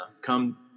come